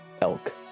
elk